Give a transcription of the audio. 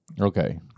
okay